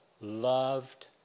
loved